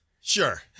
Sure